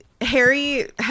Harry